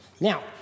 Now